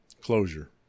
closure